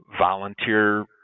volunteer